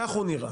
כך הוא נראה.